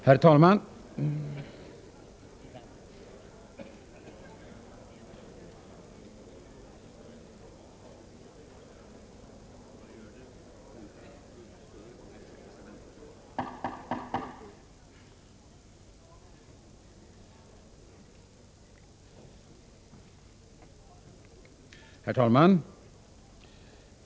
Herr talman!